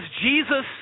Jesus